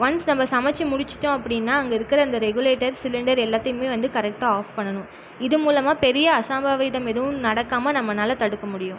once நம்ம சமைச்சி முடிச்சுட்டோம் அப்படின்னா அங்கே இருக்கிற அந்த ரெகுலேட்டர் சிலிண்டர் எல்லாத்தையுமே வந்து கரெக்டா ஆஃப் பண்ணணும் இது மூலமாக பெரிய அசம்பாவிதம் எதுவும் நடக்காமல் நம்மளால் தடுக்க முடியும்